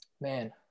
Man